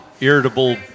Irritable